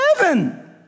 heaven